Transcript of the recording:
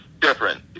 different